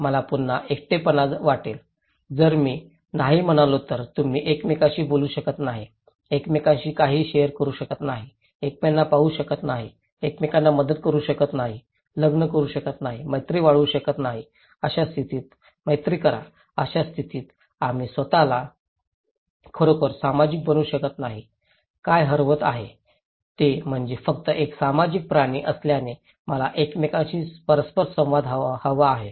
मला पुन्हा एकटेपणा वाटेल जर मी नाही म्हणालो तर तुम्ही एकमेकांशी बोलू शकत नाही एकमेकांशी काहीही शेअर करू शकत नाही एकमेकांना पाहू शकत नाही एकमेकांना मदत करू शकत नाही लग्न करू शकत नाही मैत्री वाढवू शकत नाही अशा स्थितीत मैत्री करा अशा परिस्थितीत आपण स्वत ला खरोखरच सामाजिक बनवू शकत नाही काय हरवत आहे ते म्हणजे फक्त एक सामाजिक प्राणी असल्याने मला एकमेकांशी परस्पर संवाद हवा आहे